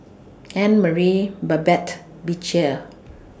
Annmarie Babette and Beecher